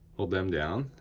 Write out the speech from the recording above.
hold them down,